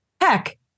Heck